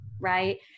right